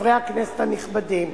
חברי הכנסת הנכבדים,